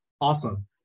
Awesome